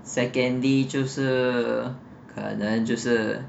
secondly 就是可能就是